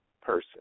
person